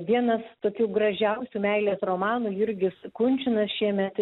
vienas tokių gražiausių meilės romanų jurgis kunčinas šiemet